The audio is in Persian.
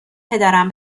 پدرم